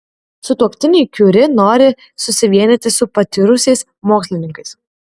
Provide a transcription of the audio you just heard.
sutuoktiniai kiuri nori susivienyti su patyrusiais mokslininkais